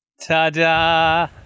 Ta-da